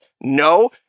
no